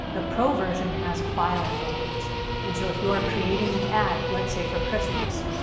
the pro version has file folders and so if you are creating an ad, let's say for christmas,